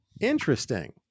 Interesting